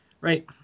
Right